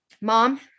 mom